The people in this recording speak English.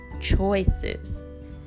choices